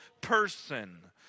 person